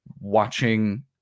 watching